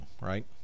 right